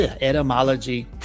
etymology